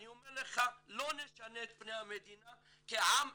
אני אומר לך, לא נשנה את פני המדינה כעם אחד.